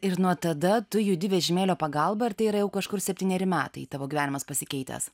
ir nuo tada tu judi vežimėlio pagalba ir tai yra jau kažkur septyneri metai tavo gyvenimas pasikeitęs